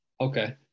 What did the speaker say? Okay